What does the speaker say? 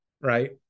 right